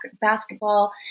basketball